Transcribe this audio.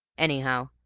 anyhow,